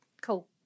cool